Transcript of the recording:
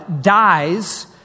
dies